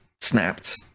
snapped